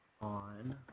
on